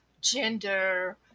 gender